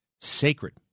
Sacred